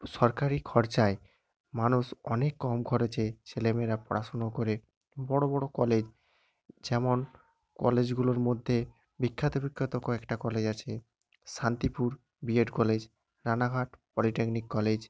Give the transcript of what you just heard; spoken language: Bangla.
সরকারি খরচায় মানুষ অনেক কম খরচে ছেলেমেয়েরা পড়াশুনো করে বড়ো বড়ো কলেজ যেমন কলেজগুলোর মধ্যে বিখ্যাত বিখ্যাত কয়েকটা কলেজ আছে Shantipur BEd college Ranaghat polytechnic college